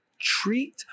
treat